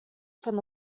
from